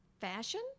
Fashion